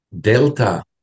Delta